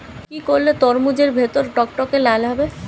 কি করলে তরমুজ এর ভেতর টকটকে লাল হবে?